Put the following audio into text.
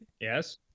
Yes